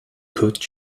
put